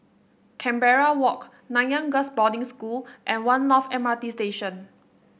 Canberra Walk Nanyang Girls' Boarding School and One North M R T Station